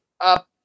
up